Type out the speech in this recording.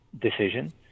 decision